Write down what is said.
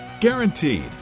Guaranteed